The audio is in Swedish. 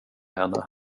henne